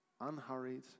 unhurried